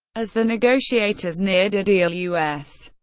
as the negotiators neared a deal, u s.